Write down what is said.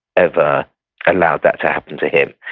ever allowed that to happen to him.